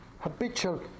habitual